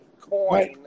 Coin